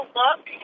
look